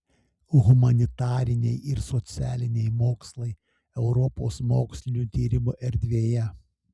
humanitariniai ir socialiniai mokslai europos mokslinių tyrimų erdvėje